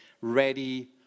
ready